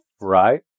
right